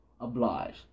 oblige